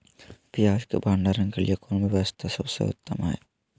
पियाज़ के भंडारण के लिए कौन व्यवस्था सबसे उत्तम है?